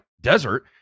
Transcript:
desert